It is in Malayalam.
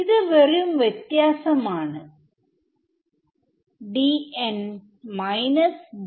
ഇത് വെറും വ്യത്യാസം ആണ്